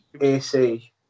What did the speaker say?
AC